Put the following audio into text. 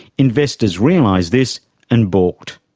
investors realised this and balked.